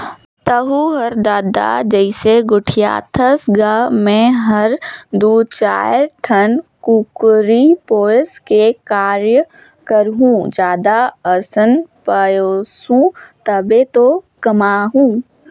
तहूँ हर ददा जइसे गोठियाथस गा मैं हर दू चायर ठन कुकरी पोयस के काय करहूँ जादा असन पोयसहूं तभे तो कमाहूं